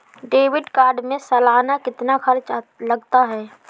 Debit card में सालाना कितना खर्च लगता है?